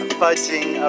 fudging